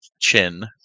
Chin